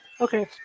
Okay